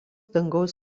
dangaus